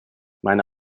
meine